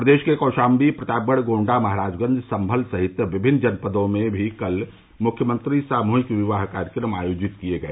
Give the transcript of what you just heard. प्रदेश के कौशाम्बी प्रतापगढ़ गोन्डा महराजगंज संभल सहित विभिन्न जनपदों में भी कल मुख्यमंत्री सामूहिक विवाह सम्मेलन आयोजित किए गए